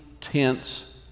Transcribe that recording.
tense